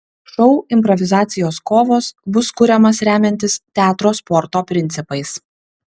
šou improvizacijos kovos bus kuriamas remiantis teatro sporto principais